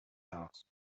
house